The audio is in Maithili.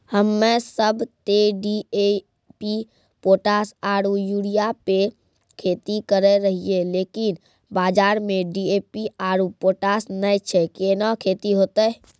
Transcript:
हम्मे सब ते डी.ए.पी पोटास आरु यूरिया पे खेती करे रहियै लेकिन बाजार मे डी.ए.पी आरु पोटास नैय छैय कैना खेती होते?